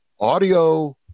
audio-